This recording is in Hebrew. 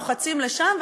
לוחצים לשם,